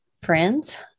friends